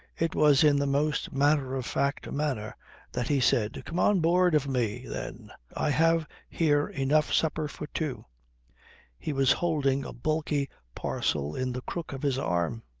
it was in the most matter of-fact manner that he said, come on board of me, then i have here enough supper for two he was holding a bulky parcel in the crook of his arm.